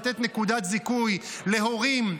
לתת נקודת זיכוי להורים,